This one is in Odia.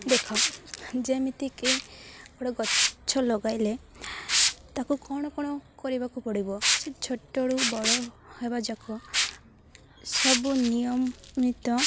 ଦେଖ ଯେମିତିକି ଗୋଟେ ଗଛ ଲଗାଇଲେ ତାକୁ କ'ଣ କ'ଣ କରିବାକୁ ପଡ଼ିବ ସେ ଛୋଟରୁ ବଡ଼ ହେବା ଯାକ ସବୁ ନିୟମିତ